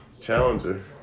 Challenger